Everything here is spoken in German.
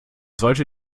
sollte